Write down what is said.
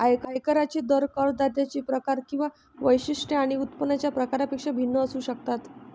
आयकरांचे दर करदात्यांचे प्रकार किंवा वैशिष्ट्ये आणि उत्पन्नाच्या प्रकारापेक्षा भिन्न असू शकतात